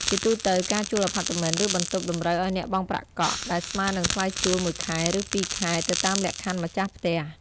ជាទូទៅ ការជួលអាផាតមិន ឬបន្ទប់តម្រូវឱ្យអ្នកបង់ប្រាក់កក់ ដែលស្មើនឹងថ្លៃជួល មួយ ខែ ឬ ពីរ ខែ ទៅតាមលក្ខខណ្ឌម្ចាស់ផ្ទះ។